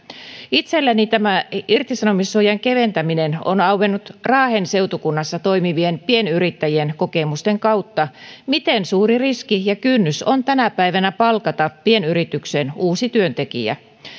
itselleni tämä irtisanomissuojan keventäminen on auennut raahen seutukunnassa toimivien pienyrittäjien kokemusten kautta miten suuri riski ja kynnys on tänä päivänä palkata pienyritykseen uusi työntekijä